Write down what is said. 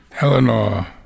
Eleanor